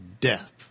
death